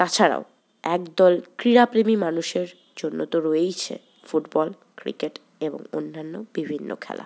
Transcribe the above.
তাছাড়াও একদল ক্রীড়াপ্রেমী মানুষের জন্য তো রয়েইছে ফুটবল ক্রিকেট এবং অন্যান্য বিভিন্ন খেলা